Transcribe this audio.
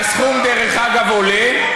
לא מתאים לכם, והסכום, דרך אגב, עולה.